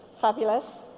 Fabulous